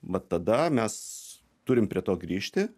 vat tada mes turim prie to grįžti